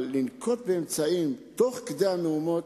אבל לנקוט אמצעים תוך כדי המהומות,